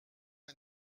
est